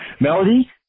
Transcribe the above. Melody